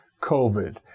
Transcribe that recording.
COVID